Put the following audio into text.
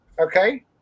Okay